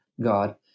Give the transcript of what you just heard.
God